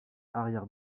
arrière